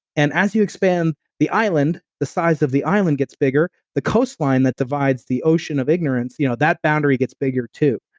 and as you expand the island, the size of the island gets bigger the coastline that divides the ocean of ignorance, you know that boundary gets bigger too,